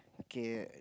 okay